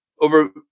over